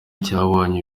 cyabonye